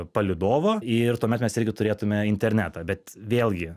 palydovo ir tuomet mes irgi turėtume internetą bet vėlgi